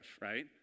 Right